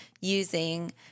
using